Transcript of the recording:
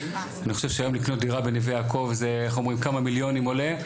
אני חושב שהיום לקנות דירה בנווה יעקב זה איך אומרים כמה מיליונים עולה,